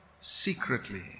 secretly